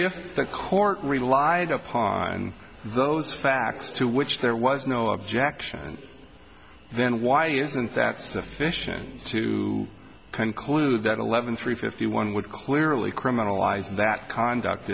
if the court relied upon those facts to which there was no objection then why isn't that sufficient to conclude that eleven three fifty one would clearly criminalize that conduct